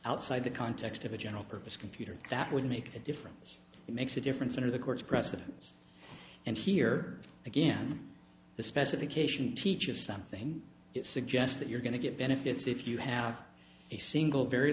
outside the context of a general purpose computer that would make a difference it makes a difference in the court's precedents and here again the specification teaches something it suggests that you're going to get benefits if you have a single very